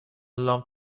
لامپ